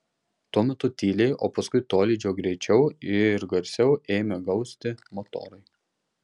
tuo metu tyliai o paskui tolydžio greičiau ir garsiau ėmė gausti motorai